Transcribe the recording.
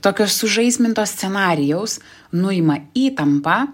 tokio sužaisminto scenarijaus nuima įtampą